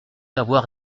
avoir